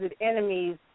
enemies